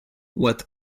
what